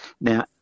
Now